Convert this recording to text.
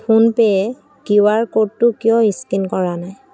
ফোনপে'য়ে Q R ক'ডটো কিয় scan কৰা নাই